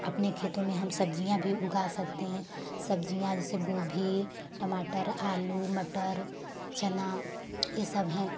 अपने खेतों में हम सब्ज़ियाँ भी उगा सकते हैं सब्ज़ियाँ जैसे गोभी टमाटर आलू मटर चना यह सब हैं